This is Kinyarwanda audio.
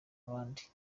abandi